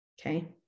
Okay